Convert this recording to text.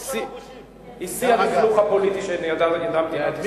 היא שיא הלכלוך הפוליטי שידעה מדינת ישראל,